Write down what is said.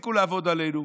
אז שיפסיקו לעבוד עלינו.